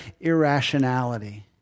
irrationality